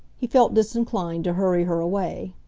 he felt disinclined to hurry her away.